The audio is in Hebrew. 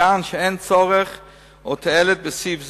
מכאן שאין צורך או תועלת בסעיף זה,